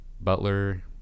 Butler